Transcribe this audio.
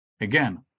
again